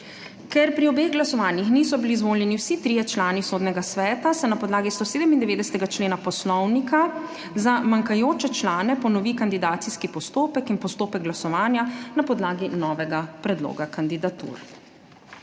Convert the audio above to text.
Ker pri obeh glasovanjih niso bili izvoljeni vsi trije člani Sodnega sveta, se na podlagi 197. člena Poslovnika za manjkajoče člane ponovi kandidacijski postopek in postopek glasovanja na podlagi novega predloga kandidatur.